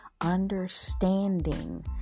Understanding